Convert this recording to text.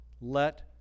let